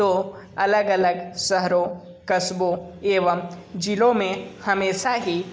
तो अलग अलग शहरों कस्बों एवं ज़िलों में हमेशा ही